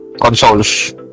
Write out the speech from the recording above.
consoles